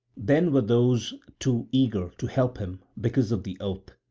then were those two eager to help him because of the oath.